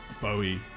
Bowie